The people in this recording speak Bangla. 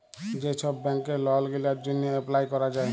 যে ছব ব্যাংকে লল গিলার জ্যনহে এপ্লায় ক্যরা যায়